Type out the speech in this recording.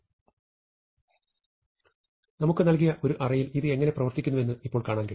അതിനാൽ നമുക്ക് നൽകിയ ഒരു അറേയിൽ ഇത് എങ്ങനെ പ്രവർത്തിക്കുന്നുവെന്ന് ഇപ്പോൾ കാണാൻ കഴിയും